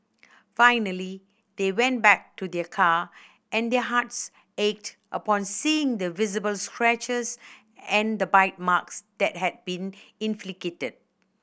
finally they went back to their car and their hearts ached upon seeing the visible scratches and the bite marks that had been inflicted